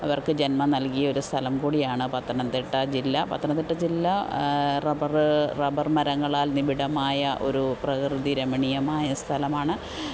അവര്ക്ക് ജന്മം നല്കിയ ഒരു സ്ഥലം കൂടിയാണ് പത്തനംതിട്ട ജില്ല പത്തനംതിട്ട ജില്ല റബ്ബറ് റബ്ബര് മരങ്ങളാല് നിബിഡമായ ഒരു പ്രകൃതിരമണീയമായ സ്ഥലമാണ്